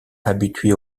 habituée